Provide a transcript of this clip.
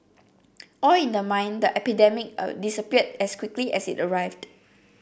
all in the mind the epidemic disappeared as quickly as it arrived